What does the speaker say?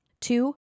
Two